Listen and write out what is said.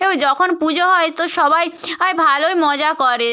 যখন পুজো হয় তো সবাই ভালোই মজা করে